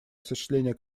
осуществление